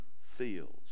feels